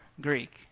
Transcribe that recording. Greek